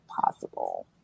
possible